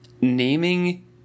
naming